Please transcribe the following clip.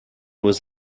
was